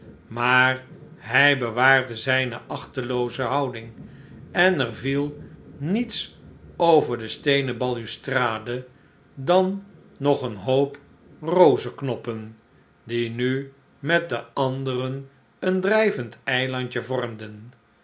maar hij bewaarde zijne achtelooze houding en er viel niets over de steenen balustrade dan nog een hoop rozeknoppen die nu met de anderen een drijvend eilandje vormden